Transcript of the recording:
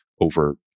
over